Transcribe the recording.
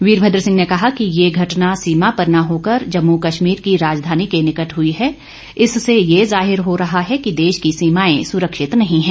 वीरभद्र सिंह ने कहा कि यह घटना सीमा पर न होकर जम्मू कश्मीर की राजधानी के निकट हुई है इससे यह जाहिर हो रहा है कि देश की सीमाएं सुरक्षित नहीं हैं